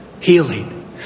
Healing